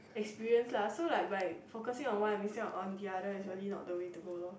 experiences lah so like by focusing on one and missing on the other is really not the way to go loh